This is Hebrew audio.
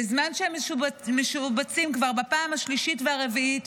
בזמן שהם משובצים כבר בפעם השלישית והרביעית,